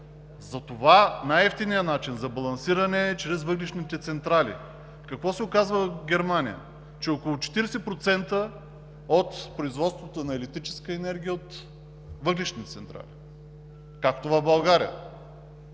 Затова най-евтиният начин за балансиране е чрез въглищните централи. Какво се оказва в Германия? Около 40% от производството на електрическа енергия е от въглищни централи, както е в България,